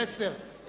פלסנר,